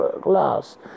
glass